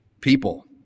people